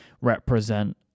represent